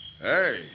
Hey